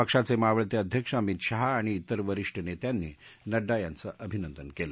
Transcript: पक्षाचे मावळते अध्यक्ष अमित शहा आणि इतर वरीष्ठ नेत्यांनी नड्डा यांचं अभिनंदन केलं